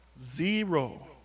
Zero